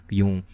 yung